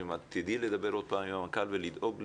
ואם את תדעי לדבר עוד פעם עם המנכ"ל ולדאוג לזה,